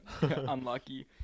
Unlucky